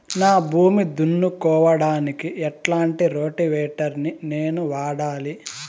నా భూమి దున్నుకోవడానికి ఎట్లాంటి రోటివేటర్ ని నేను వాడాలి?